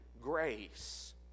grace